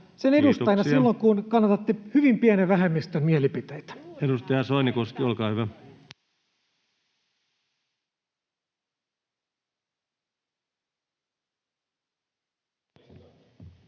Kiitoksia!] silloin, kun kannatatte hyvin pienen vähemmistön mielipiteitä. Edustaja Soinikoski, olkaa hyvä. [Mauri